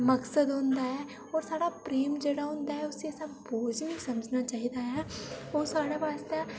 मक्सद होंदा ऐ और साढ़ा प्रेम जेह्ड़ा होंदा ऐ उसी असेें बोझ निं समझना चाहिदा ओह् साढ़े वास्तै